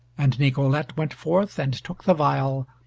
and nicolete went forth and took the viol,